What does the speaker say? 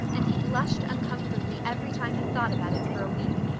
and he blushed uncomfortably every time he thought about it for a week.